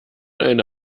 eine